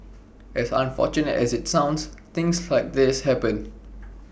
as unfortunate as IT sounds things like this happen